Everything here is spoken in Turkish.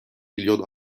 milyon